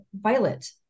violet